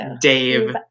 Dave